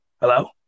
Hello